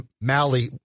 Mally